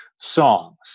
songs